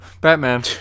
batman